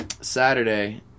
Saturday